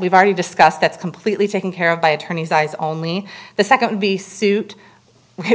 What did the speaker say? we've already discussed that's completely taken care of by attorneys eyes only the second the suit